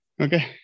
Okay